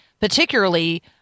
particularly